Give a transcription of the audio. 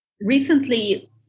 recently